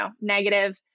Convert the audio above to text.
negative